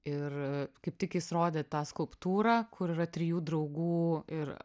ir kaip tik jis rodė tą skulptūrą kur yra trijų draugų ir